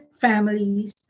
families